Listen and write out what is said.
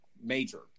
major